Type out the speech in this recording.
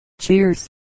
Cheers